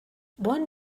one